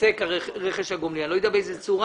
ייפסק רכש הגומלין אני לא יודע באיזו צורה,